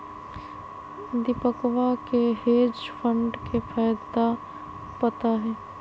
दीपकवा के hedge fund के फायदा पता हई